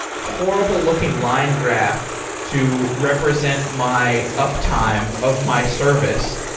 horrible-looking line graph to represent my uptime of my service?